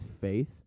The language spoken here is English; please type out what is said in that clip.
Faith